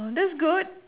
oh that's good